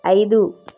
ఐదు